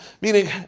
Meaning